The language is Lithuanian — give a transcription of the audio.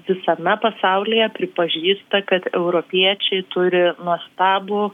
visame pasaulyje pripažįsta kad europiečiai turi nuostabų